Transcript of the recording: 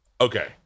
Okay